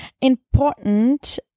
Important